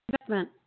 investment